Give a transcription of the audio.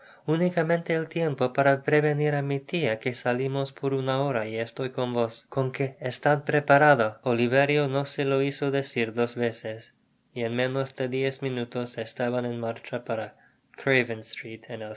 unicamente el tiempo para prevenir á mi fia que salimos por una hora y estoy con vos con qué estad preparado j oliverio no se lo hizo decir dos veces y en menos de diez minutos estaban en marcha para